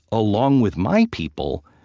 along with my people,